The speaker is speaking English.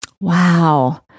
Wow